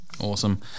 awesome